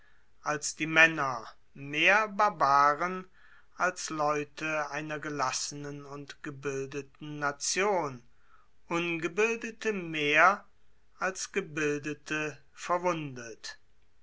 als die männer mehr barbaren als leute einer gelassenen und gebildeten nation ungebildete mehr als gebildete verwundet